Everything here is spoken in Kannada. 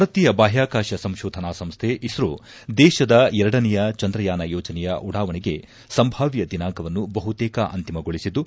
ಭಾರತೀಯ ಬಾಹ್ನಾಕಾಶ ಸಂಶೋಧನಾ ಸಂಸ್ಥೆ ಇಸ್ತೋ ದೇಶದ ಎರಡನೇಯ ಚಂದ್ರಯಾನ ಯೋಜನೆಯ ಉಡಾವಣೆಗೆ ಸಂಭಾವ್ಯ ದಿನಾಂಕವನ್ನು ಬಹುತೇಕ ಅಂತಿಮಗೊಳಿಸಿದ್ದು